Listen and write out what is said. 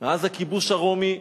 מאז הכיבוש הרומי,